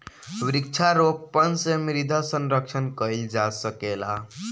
वृक्षारोपण से मृदा संरक्षण कईल जा सकेला